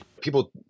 People